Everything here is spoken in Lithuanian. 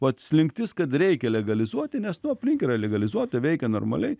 o slinktis kad reikia legalizuoti nes tuo aplink yra legalizuota veikia normaliai